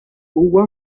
huwa